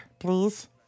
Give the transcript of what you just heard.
please